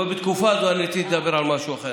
אבל בתקופה הזו רציתי לדבר על משהו אחר.